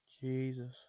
Jesus